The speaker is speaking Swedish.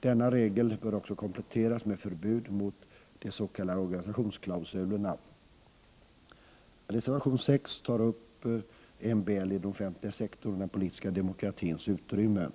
Denna regel bör också kompletteras med förbud mot de s.k. organisationsklausulerna. Reservationen 6 tar upp frågan om MBL i den offentliga sektorn och den politiska demokratins utrymme.